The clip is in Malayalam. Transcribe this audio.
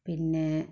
പിന്നെ